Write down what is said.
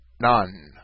none